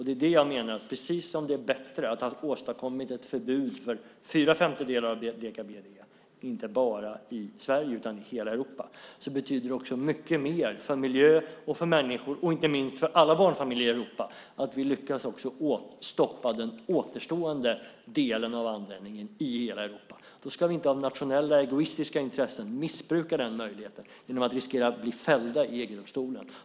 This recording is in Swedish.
Det är det jag menar: Precis som det är bättre att ha åstadkommit ett förbud för fyra femtedelar av deka-BDE inte bara i Sverige utan i hela Europa betyder det mycket mer för miljö och för människor, och inte minst för alla barnfamiljer i Europa, att vi lyckas stoppa den återstående delen av användningen i hela Europa. Då ska vi inte av nationella egoistiska intressen missbruka den möjligheten genom att riskera att bli fällda i EG-domstolen.